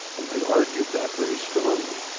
and i've argued that very strongly.